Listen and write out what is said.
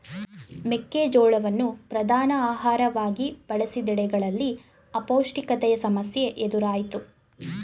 ಮೆಕ್ಕೆ ಜೋಳವನ್ನು ಪ್ರಧಾನ ಆಹಾರವಾಗಿ ಬಳಸಿದೆಡೆಗಳಲ್ಲಿ ಅಪೌಷ್ಟಿಕತೆಯ ಸಮಸ್ಯೆ ಎದುರಾಯ್ತು